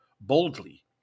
boldly